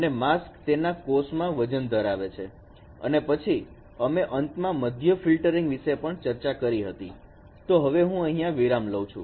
અને માસ્ક તેના કોષમાં વજન ધરાવે છે અને પછી અમે અંતમાં મધ્ય ફિલ્ટરિંગ વિશે પણ ચર્ચા કરી હતી તો હવે હું અહીંયા વિરામ લઉં છું